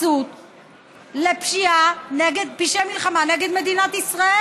כדי לבצע פשעי מלחמה בחסות האו"ם נגד מדינת ישראל?